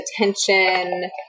attention